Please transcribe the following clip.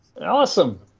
Awesome